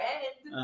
end